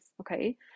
okay